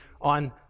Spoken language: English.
on